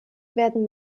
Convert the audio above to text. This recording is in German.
werden